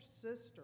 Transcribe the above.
sister